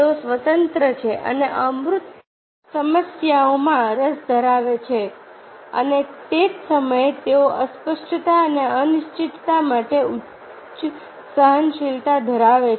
તેઓ સ્વતંત્ર છે અને અમૂર્ત સમસ્યાઓમાં રસ ધરાવે છે અને તે જ સમયે તેઓ અસ્પષ્ટતા અને અનિશ્ચિતતા માટે ઉચ્ચ સહનશીલતા ધરાવે છે